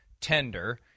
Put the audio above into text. tender